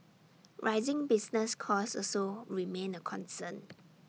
rising business costs also remain A concern